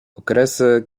okresy